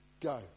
Go